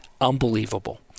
unbelievable